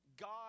God